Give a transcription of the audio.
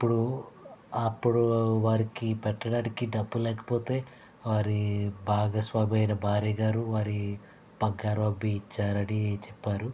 ఇప్పుడు అప్పుడు వారికి పెట్టడానికి డబ్బు లేకపోతే వారి భాగస్వామి అయిన భార్య గారు వారి బంగారం అమ్మి ఇచ్చారని చెప్పారు